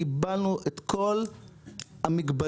קיבלנו את כל המגבלות